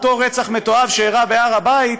אותו רצח מתועב שאירע בהר הבית,